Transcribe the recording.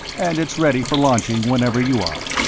and it's ready for launching whenever you are.